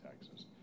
taxes